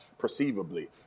perceivably